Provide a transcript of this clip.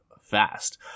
fast